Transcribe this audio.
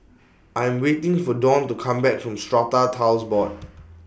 I Am waiting For Dawne to Come Back from Strata Titles Board